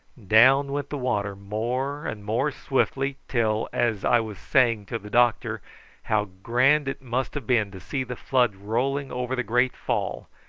down went the water more and more swiftly till, as i was saying to the doctor how grand it must have been to see the flood rolling over the great fall,